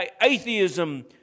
atheism